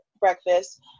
breakfast